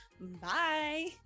Bye